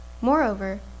Moreover